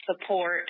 support